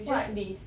what this